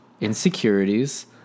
insecurities